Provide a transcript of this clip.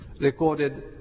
recorded